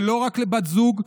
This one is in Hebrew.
ולא רק לבת זוג,